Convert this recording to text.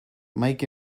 mike